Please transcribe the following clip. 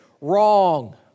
Wrong